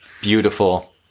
Beautiful